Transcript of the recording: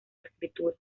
escritura